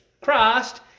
Christ